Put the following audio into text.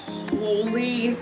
holy